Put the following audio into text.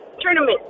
Tournament